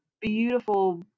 beautiful